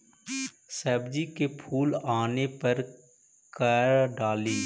सब्जी मे फूल आने पर का डाली?